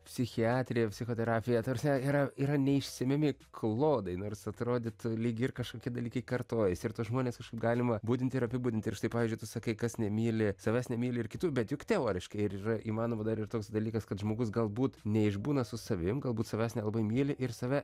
psichiatrija psichoterapija ta prasme yra yra neišsemiami klodai nors atrodytų lyg ir kažkokie dalykai kartojasi ir tuos žmones galima būdinti ir apibūdinti ir štai pavyzdžiui tu sakai kas nemyli savęs nemyli ir kitų bet juk teoriškai ar yra įmanoma dar ir toks dalykas kad žmogus galbūt neišbūna su savim galbūt savęs nelabai myli ir save